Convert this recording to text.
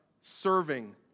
serving